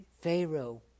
Pharaoh